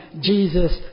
Jesus